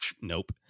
nope